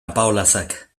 apaolazak